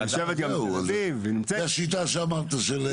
השיטה שאמרת.